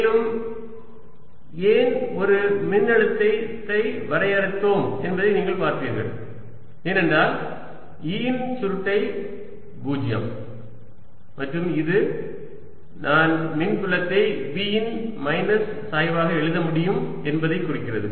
மேலும் ஏன் ஒரு மின்னழுத்தத்தை வரையறுத்தோம் என்பதை நீங்கள் பார்த்தீர்கள் ஏனென்றால் E இன் சுருட்டை 0 மற்றும் இது நான் மின்புலத்தை V இன் மைனஸ் சாய்வாக எழுத முடியும் என்பதை குறிக்கிறது